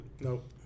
Nope